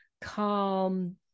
calm